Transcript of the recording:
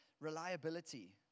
reliability